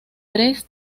tres